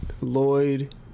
Lloyd